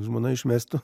žmona išmestų